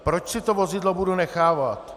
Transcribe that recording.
Proč si to vozidlo budu nechávat?